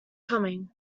coming